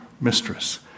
mistress